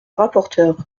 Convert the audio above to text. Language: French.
rapporteur